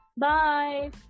bye